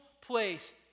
place